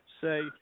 say